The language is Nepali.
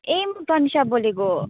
ए म प्रनिशा बोलेको